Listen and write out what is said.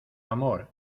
amor